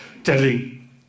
telling